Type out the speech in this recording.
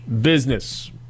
business